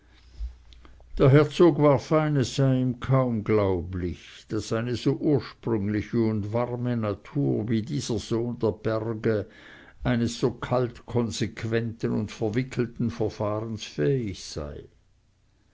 der herzog warf ein es sei ihm kaum glaublich daß eine so ursprüngliche und warme natur wie dieser sohn der berge eines so kalt konsequenten und verwickelten verfahrens fähig sei